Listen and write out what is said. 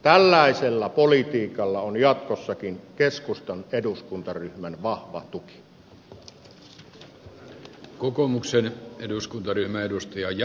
tällaisella politiikalla on jatkossakin keskustan eduskuntaryhmän vahva tuki